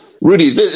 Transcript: Rudy